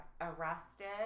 arrested